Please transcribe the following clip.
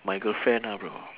my girlfriend ah bro